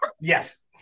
Yes